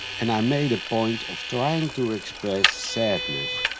and i made a point of trying to express sadness,